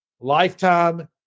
lifetime